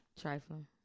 Trifling